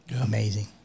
Amazing